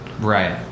Right